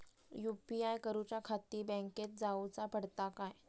UPI करूच्याखाती बँकेत जाऊचा पडता काय?